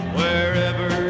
wherever